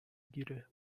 گیره